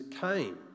came